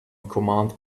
command